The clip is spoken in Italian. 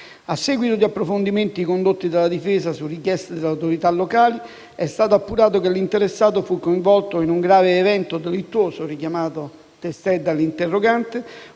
A seguito di approfondimenti condotti dalla Difesa su richiesta delle autorità locali, è stato appurato che l'interessato fu coinvolto in un grave evento delittuoso, richiamato testé dall'interpellante,